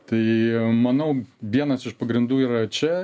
tai manau vienas iš pagrindų yra čia